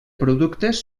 productes